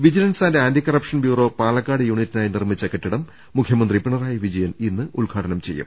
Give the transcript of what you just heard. vigilance and anticorruption bureau Palakkad യൂണിറ്റിനായി നിർമ്മിച്ച കെട്ടിടം മുഖ്യമന്ത്രി പിണറായി വിജ യൻ ഇന്ന് ഉദ്ഘാടനം ചെയ്യും